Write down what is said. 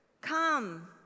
Come